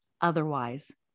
otherwise